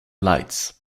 lights